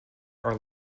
are